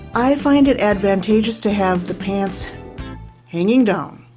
i find it advantageous to have the pants hanging down,